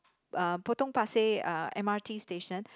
uh Potong-Pasir uh M_R_T station